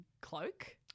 cloak